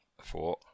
Four